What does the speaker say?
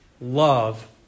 love